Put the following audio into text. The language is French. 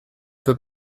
peut